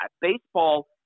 baseball